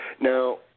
Now